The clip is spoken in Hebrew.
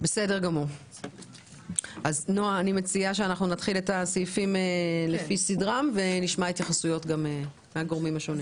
אני מציעה שנתחיל בהקראה ונשמע התייחסויות מהגורמים השונים.